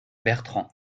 bertrand